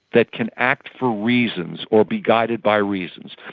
that can act for reasons or be guided by reasons.